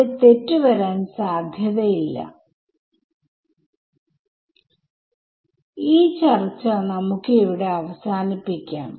ഇവിടെ കിട്ടാൻ പോകുന്ന സൊല്യൂഷൻഏത് തരത്തിലുള്ളതാണ് എന്ന് നോക്കണം